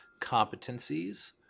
competencies